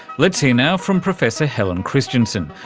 let's hear now from professor helen christensen,